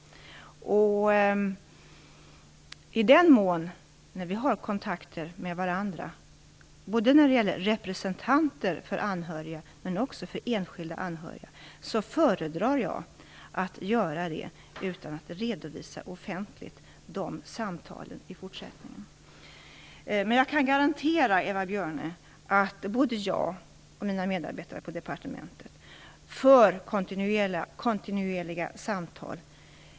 När vi har kontakter med varandra, både när det gäller representanter för anhöriga och enskilda anhöriga, föredrar jag att det sker utan att jag skall redovisa de samtalen offentligt i fortsättningen. Men jag kan garantera Eva Björne att både jag och mina medarbetare på departementet för kontinuerliga samtal.